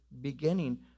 beginning